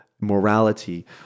morality